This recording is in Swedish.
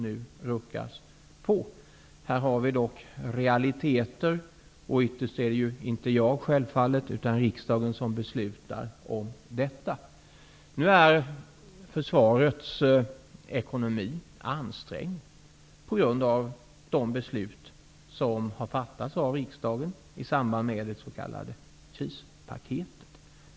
Detta är dock realiteter, och ytterst är det självfallet inte jag, utan riksdagen som beslutar om detta. Nu är försvarets ekonomi ansträngd på grund av de beslut som har fattats av riksdagen i samband med det s.k. krispaketet.